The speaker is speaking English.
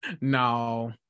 No